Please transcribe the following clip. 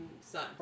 son